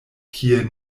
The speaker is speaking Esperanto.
kie